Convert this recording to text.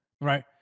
right